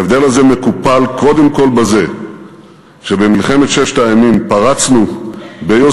ההבדל הזה מקופל קודם כול בזה שבמלחמת ששת הימים פרצנו ביוזמתנו,